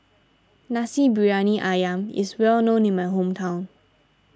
Nasi Briyani Ayam is well known in my hometown